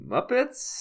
Muppets